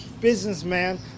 businessman